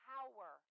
Power